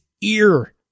ear